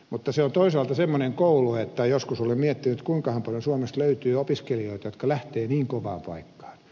mutta se on toisaalta semmoinen koulu että joskus olen miettinyt kuinkahan paljon suomesta löytyy opiskelijoita jotka lähtevät niin kovaan paikkaan